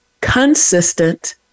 consistent